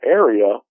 area